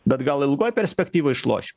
bet gal ilgoj perspektyvoj išlošim